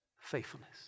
Faithfulness